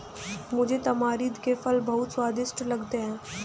मुझे तमरिंद के फल बहुत स्वादिष्ट लगते हैं